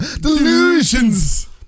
Delusions